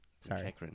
Sorry